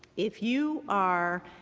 if you are